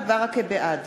בעד